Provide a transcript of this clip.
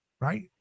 right